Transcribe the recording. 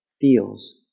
feels